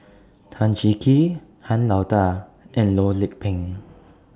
Tan Cheng Kee Han Lao DA and Loh Lik Peng